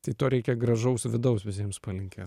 tai to reikia gražaus vidaus visiems palinkėt